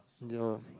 endure